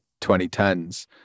2010s